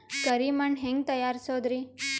ಕರಿ ಮಣ್ ಹೆಂಗ್ ತಯಾರಸೋದರಿ?